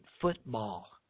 football